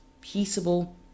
peaceable